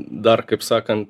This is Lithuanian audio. dar kaip sakant